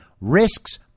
risks